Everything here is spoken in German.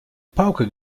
pauke